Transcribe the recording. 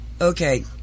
okay